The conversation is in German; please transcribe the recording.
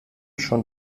schon